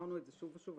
אמרנו את זה שוב ושוב.